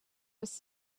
was